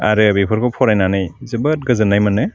आरो बेफोरखौ फरायनानै जोबोद गोजोन्नाय मोनो